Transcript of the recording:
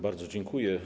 Bardzo dziękuję.